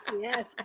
Yes